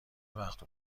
وقت